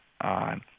on